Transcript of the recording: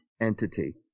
entity